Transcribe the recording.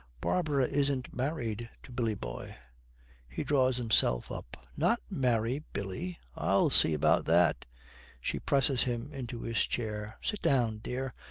barbara isn't married to billy boy he draws himself up. not marry billy! i'll see about that she presses him into his chair. sit down, dear,